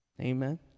Amen